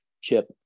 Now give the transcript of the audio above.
chip